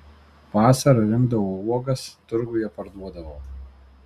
vasarą rinkdavau uogas turguje parduodavau